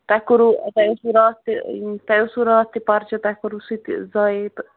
تۄہہِ کوٚروُ تۄہہِ اوسوُ راتھ تہِ تۄہہِ اوسو راتھ تہِ پَرچہٕ تۄہہِ کوٚروُ سُہ تہِ زایے تہٕ